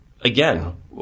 Again